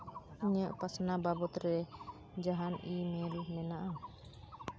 ᱤᱧᱟᱹᱜ ᱯᱟᱥᱱᱟᱣ ᱵᱟᱵᱚᱫ ᱨᱮ ᱡᱟᱦᱟᱱ ᱤᱼᱢᱮᱞ ᱢᱮᱱᱟᱜᱼᱟ